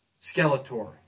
Skeletor